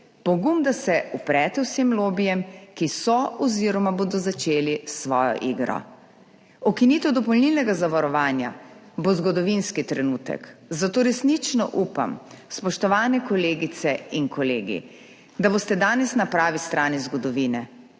pogum, da se uprete vsem lobijem, ki so oziroma bodo začeli s svojo igro. Ukinitev dopolnilnega zavarovanja bo zgodovinski trenutek, zato resnično upam, spoštovane kolegice in kolegi, da boste danes na pravi strani zgodovine,